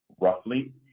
roughly